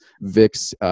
VIX